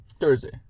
Thursday